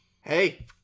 hey